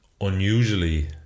unusually